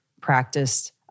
practiced